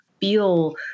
feel